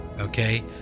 Okay